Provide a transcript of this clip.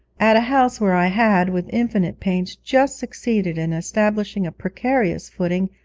at a house where i had with infinite pains just succeeded in establishing a precarious footing,